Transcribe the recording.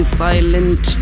silent